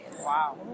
Wow